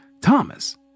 Thomas